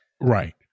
right